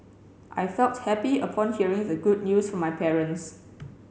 I felt happy upon hearing the good news from my parents